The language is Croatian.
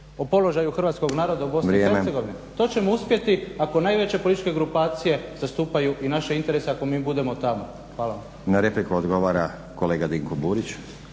o položaju Hrvatskog naroda u Bosni i Hercegovini. …/Upadica Stazić: Vrijeme./… To ćemo uspjeti ako najveće političke grupacije zastupaju i naše interese ako mi budemo tamo. Hvala. **Stazić, Nenad (SDP)** Na repliku odgovara kolega Dinko Burić.